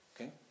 Okay